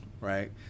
right